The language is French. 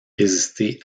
résister